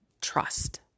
Trust